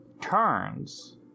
turns